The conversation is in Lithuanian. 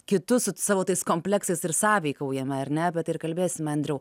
kitus su savo tais kompleksais ir sąveikaujame ar ne bet ir kalbėsime andriau